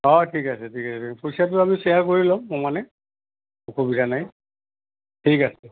অঁ ঠিক আছে ঠিক আছে পইচাটো আমি শ্বেয়াৰ কৰি ল'ম সমানে অসুবিধা নাই ঠিক আছে